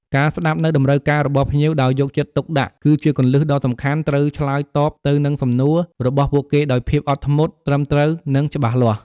ការស្តាប់នូវតម្រូវការរបស់ភ្ញៀវ ដោយយកចិត្តទុកដាក់ គឺជាគន្លឹះដ៏សំខាន់ ត្រូវឆ្លើយតបទៅនឹងសំណួរ របស់ពួកគេដោយភាពអត់ធ្មត់ ត្រឹមត្រូវ និងច្បាស់លាស់។